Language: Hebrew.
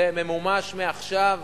זה ממומש מעכשיו,